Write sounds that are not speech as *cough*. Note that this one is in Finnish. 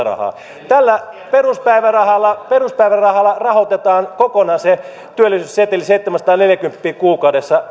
*unintelligible* rahaa tällä peruspäivärahalla peruspäivärahalla rahoitetaan kokonaan se työllisyysseteli seitsemänsataaneljäkymmentä euroa kuukaudessa *unintelligible*